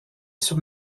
sur